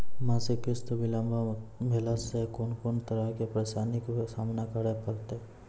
मासिक किस्त बिलम्ब भेलासॅ कून कून तरहक परेशानीक सामना करे परतै?